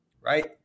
right